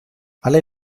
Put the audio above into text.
alle